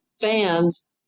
fans